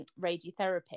radiotherapy